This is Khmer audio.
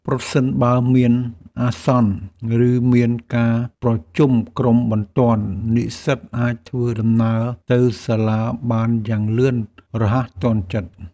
ប្រសិនបើមានអាសន្ន ឬមានការប្រជុំក្រុមបន្ទាន់ និស្សិតអាចធ្វើដំណើរទៅសាលាបានយ៉ាងលឿនរហ័សទាន់ចិត្ត។